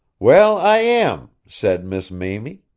well, i am, said miss mamie,